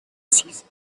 six